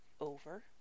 Over